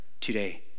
today